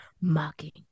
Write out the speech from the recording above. mocking